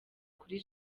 kuri